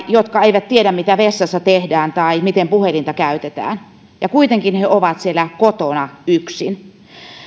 jotka eivät tiedä mitä vessassa tehdään tai miten puhelinta käytetään ja kuitenkin he ovat siellä kotona yksin